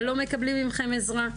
אבל לא מקבלים מכם עזרה.